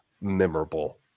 memorable